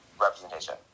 representation